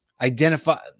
identify